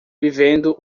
vivendo